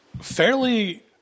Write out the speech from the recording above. fairly –